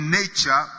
nature